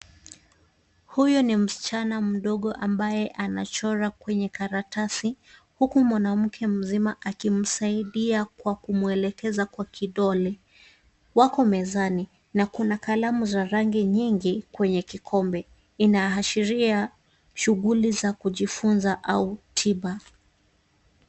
Huyu ni msichana mdogo ambaye anachora kwenye karatasi, huku mwanamke mzima akimsaidia kwa kumwelekeza kwa kidole. Wako mezani, na kuna kalamu za rangi nyingi kwenye kikombe, inaashiria shughuli za kujifunza au tiba.